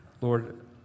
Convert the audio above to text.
Lord